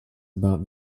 about